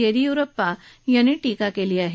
येडियुरुप्पा यांनी टीका केली आहे